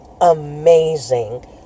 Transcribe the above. amazing